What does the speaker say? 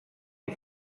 die